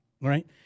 Right